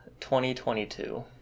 2022